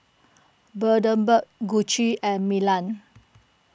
Bundaberg Gucci and Milan